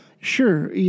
sure